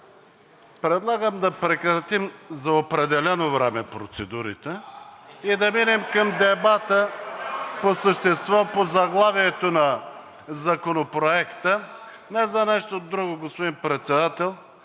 Предлагам да прекратим за определено време процедурите и да минем към дебата по същество по заглавието на Законопроекта – не за нещо друго, господин Председател,